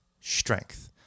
strength